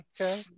Okay